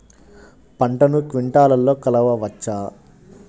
పంటను క్వింటాల్లలో కొలవచ్చా?